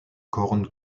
cornes